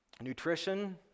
Nutrition